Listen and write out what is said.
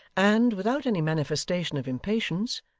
and, without any manifestation of impatience,